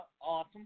Awesome